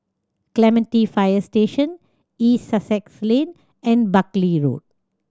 Clementi Fire Station East Sussex Lane and Buckley Road